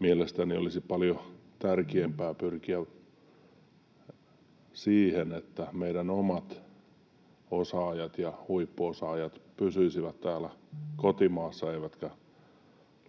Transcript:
mielestäni olisi paljon tärkeämpää pyrkiä siihen, että meidän omat osaajat ja huippuosaajat pysyisivät täällä kotimaassa eivätkä